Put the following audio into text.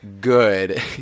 good